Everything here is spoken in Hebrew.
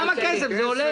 כמה כסף זה עולה?